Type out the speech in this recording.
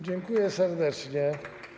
Dziękuję serdecznie.